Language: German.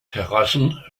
terrassen